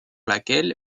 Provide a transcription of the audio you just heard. laquelle